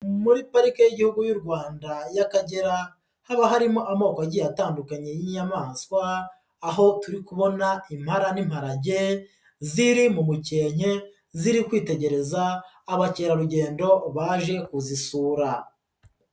Muri parike y'Igihugu y'u Rwanda y'Akagera, haba harimo amoko agiye atandukanye y'inyamaswa, aho turi kubona impara n'imparage, ziri mu mukenke, ziri kwitegereza abakerarugendo baje kuzisura.